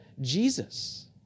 Jesus